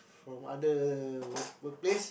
from other work work place